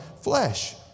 flesh